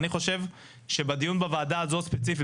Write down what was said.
אני חושב שבדיון בוועדה הזו ספציפי,